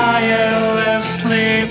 Tirelessly